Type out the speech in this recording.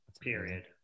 period